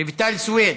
רויטל סויד,